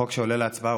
החוק שעולה להצבעה,